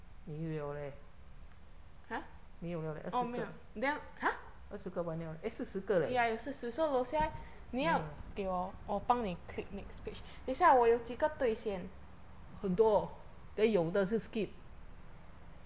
没有了 leh 没有了 leh 二十个二十个完了 eh 四十个 leh 没有很多 then 有的是 skip